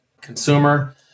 consumer